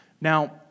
Now